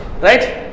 right